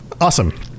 Awesome